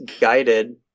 guided